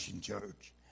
Church